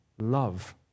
love